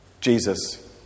Jesus